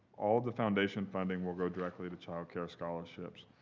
all the foundation funding will go directly to child care scholarships.